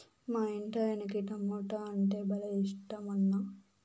మా ఇంటాయనకి టమోటా అంటే భలే ఇట్టమన్నా